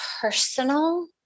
personal